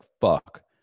fuck